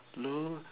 no